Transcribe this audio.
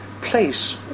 place